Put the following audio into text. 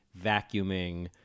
vacuuming